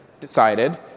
decided